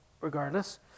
regardless